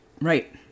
Right